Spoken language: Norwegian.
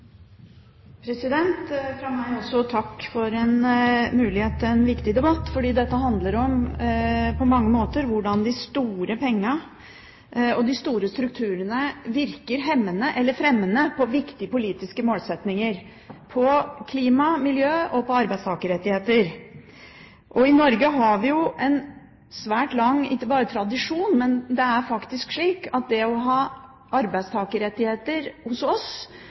også takke for muligheten til en viktig debatt, fordi dette handler på mange måter om hvordan de store pengene og de store strukturene virker hemmende eller fremmende på viktige politiske målsettinger, på klima, miljø og på arbeidstakerrettigheter. I Norge har vi ikke bare en svært lang tradisjon for arbeidstakerrettigheter, men det er også faktisk slik at det